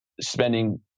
spending